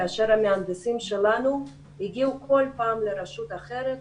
כאשר המהנדסים שלנו הגיעו כל פעם לרשות אחרת,